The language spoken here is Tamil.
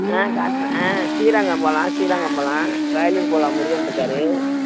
ஆ காட்டுறேன் ஆ ஸ்ரீரங்கம் போகலாம் ஸ்ரீரங்கம் போகலாம் வயலூர் போகலாம் முருகன் இருக்கார்